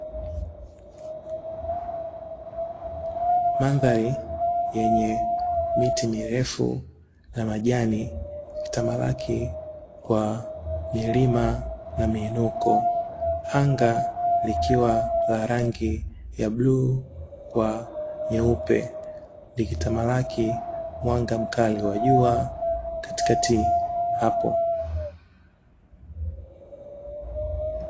Mandhari yenye miti mirefu na majani kitamalaki kwa milima na miinuko anga likiwa la rangi ya bluu kwa nyeupe likitamalaki mwanga mkali wa jua katikati hapo.